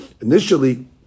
Initially